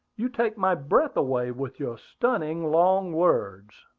you take my breath away with your stunning long words!